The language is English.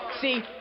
see